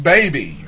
Baby